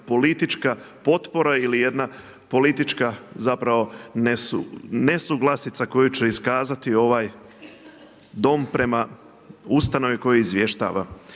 politička potpora ili jedna politička zapravo nesuglasica koju će iskazati ovaj dom prema ustanovi koja izvještava.